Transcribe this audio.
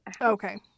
Okay